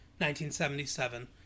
1977